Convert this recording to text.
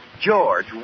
George